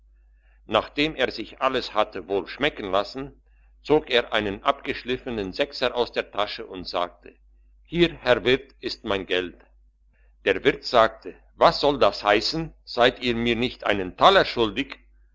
nachdem er sich alles hatte wohl schmecken lassen zog er einen abgeschliffenen sechser aus der tasche und sagte hier herr wirt ist mein geld der wirt sagte was soll das heissen seid ihr mir nicht einen taler schuldig